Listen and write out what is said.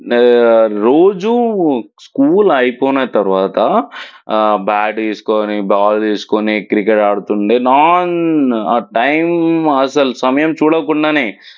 రోజూ స్కూల్ అయిపోయిన తరువాత బ్యాట్ తీసుకొని బాల్ తీసుకొని క్రికెట్ ఆడుతుండే నేను టైం అస్సలు సమయం చూడకుండానే